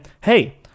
Hey